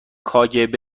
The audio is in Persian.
کاگب